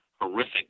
horrific